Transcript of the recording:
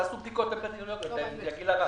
אז תעשו בדיקות אפידמיולוגיות לגיל הרך.